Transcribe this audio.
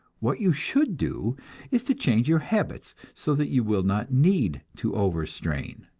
what you should do is to change your habits so that you will not need to over-strain.